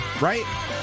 right